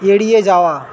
এড়িয়ে যাওয়া